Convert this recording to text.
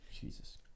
Jesus